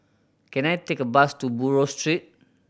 can I take a bus to Buroh Street